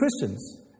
Christians